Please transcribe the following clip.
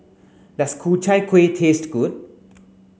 does Ku Chai Kuih taste good